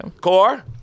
Core